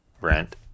Rent